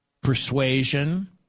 persuasion